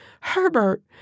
Herbert